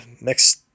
next